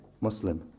Muslim